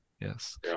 Yes